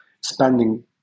spending